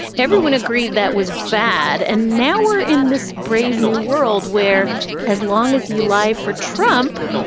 everyone agreed that was bad. and now we're in this brave new world where as long as you lie for trump,